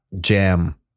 jam